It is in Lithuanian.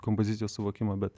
kompozicijos suvokimą bet